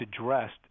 addressed